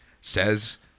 says